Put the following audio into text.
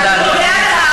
תודה,